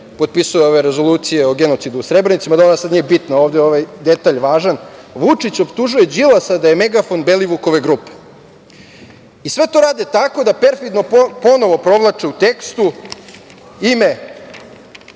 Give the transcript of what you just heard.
potpisuje ove rezolucije o genocidu u Srebrenici, mada ona sad nije bitna, ovde je ovaj detalj važan – „Vučić optužuje Đilasa da je megafon Belivukove grupe“ i sve to rade tako da perfidno ponovo provlače u tekstu ime